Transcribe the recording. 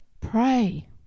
pray